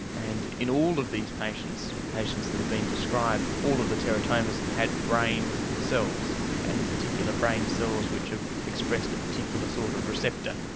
and in all of these patients patients that have been described, all of the teratomas had brain cells and in particular brain cells which have expressed a particular sort of receptor,